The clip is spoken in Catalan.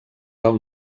del